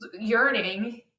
yearning